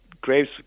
Graves